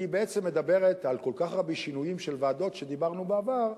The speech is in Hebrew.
והיא בעצם מדברת על כל כך הרבה שינויים של ועדות שדיברנו בעבר,